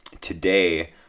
today